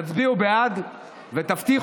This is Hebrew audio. תצביעו בעד ותבטיחו,